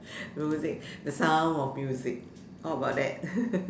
music The Sound of Music what about that